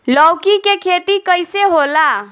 लौकी के खेती कइसे होला?